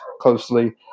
closely